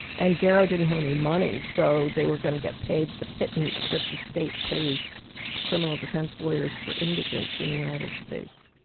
and garrow didn't have any money, so they were going to get paid the pittance that the state pays criminal defence lawyers for indigents in the united states.